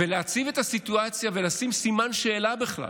להציב את הסיטואציה ולשים סימן שאלה בכלל